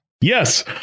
Yes